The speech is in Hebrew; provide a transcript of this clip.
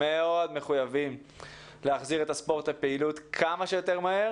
מאוד מחויבים להחזיר את הספורט לפעילות כמה שיותר מהר